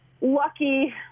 lucky